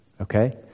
Okay